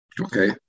Okay